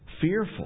fearful